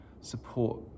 support